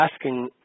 asking